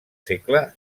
segle